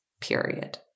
period